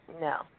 No